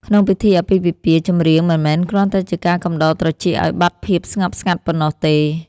ក្នុងពិធីអាពាហ៍ពិពាហ៍ ចម្រៀងមិនមែនគ្រាន់តែជាការកំដរត្រចៀកឱ្យបាត់ភាពស្ងប់ស្ងាត់ប៉ុណ្ណោះទេ